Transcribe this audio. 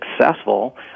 successful